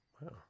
Wow